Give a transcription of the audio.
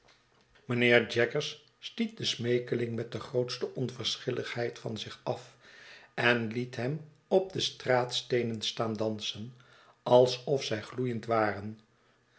mijnheer mynheer jaggers stiet den smeekeling met de grootste onverschilligheid van zich af en liet hem op de straatsteenen staan dansen alsof zij gloeiend waren